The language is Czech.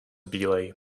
bílej